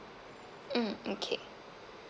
mm okay